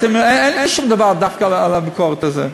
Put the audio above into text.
אין לי שום דבר דווקא על הביקורת הזאת.